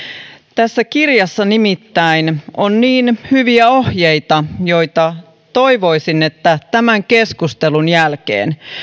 tässä kirjassa nimittäin on niin hyviä ohjeita että toivoisin että niitä tämän keskustelun jälkeen noudatettaisiin